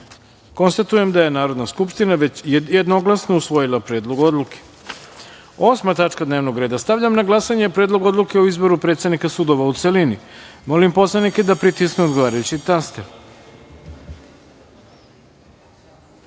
181.Konstatujem da je Narodna skupština jednoglasno usvojila Predlog odluke. Osma tačka dnevnog reda. Stavljam na glasanje Predlog Odluke o izboru predsednika sudova, u celini. Molim narodne poslanike da pritisnu odgovarajući